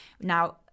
Now